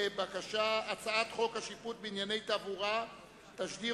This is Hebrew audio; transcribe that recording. להצעת חוק השיפוט בענייני תעבורה (תשריר,